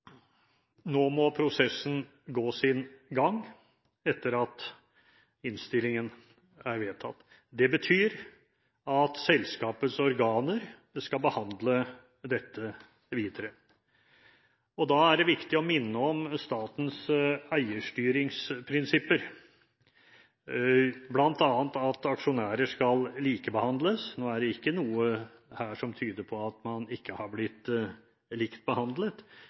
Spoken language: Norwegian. nå må prosessen gå sin gang, etter at innstillingen er vedtatt. Det betyr at selskapets organer skal behandle dette videre. Da er det viktig å minne om statens eierstyringsprinsipper, bl.a. at aksjonærer skal likebehandles. Nå er det ikke noe her som tyder på at man ikke har blitt likt behandlet,